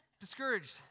Discouraged